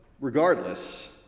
regardless